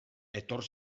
etor